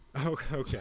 Okay